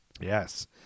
Yes